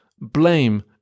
blame